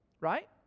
Right